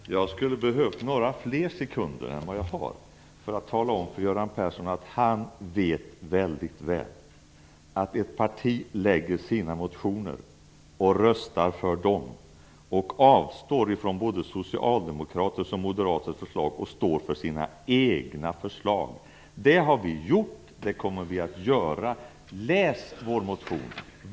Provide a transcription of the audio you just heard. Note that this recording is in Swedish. Fru talman! Jag skulle behövt fler än mina 40 sekunder för att tala om för Göran Persson att han väldigt väl vet att ett parti väcker egna motioner och röstar för dem. Man avstår från att rösta både om socialdemokraters och moderaters förslag och står för sina egna förslag. Det har vi gjort, och det kommer vi att göra. Läs vår motion!